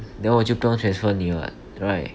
then 我就不用 transfer 你 [what] right